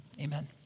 amen